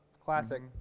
Classic